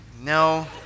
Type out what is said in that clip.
No